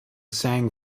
sang